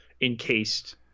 encased